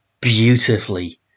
beautifully